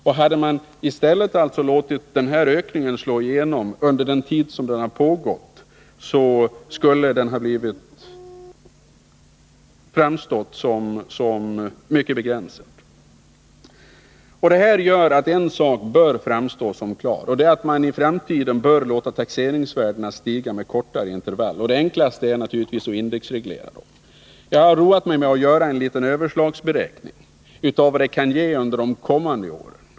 Men hade man i stället låtit ökningen slå igenom under den tid som den pågått hade den framstått som mycket begränsad. Detta gör att en sak framstår som klar: att man i framtiden bör låta taxeringsvärdena stiga med kortare intervall. Det enklaste är naturligtvis att indexreglera dem. Jag har roat mig med att göra en liten överslagsberäkning av vad det kan ge under de kommande åren.